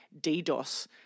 DDoS